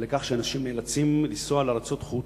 לכך שאנשים נאלצים לנסוע לארצות חוץ,